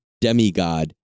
demigod